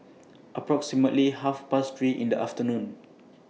approximately Half Past three in The afternoon